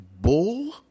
bull